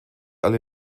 alle